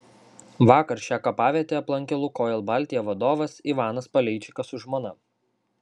vakar šią kapavietę aplankė lukoil baltija vadovas ivanas paleičikas su žmona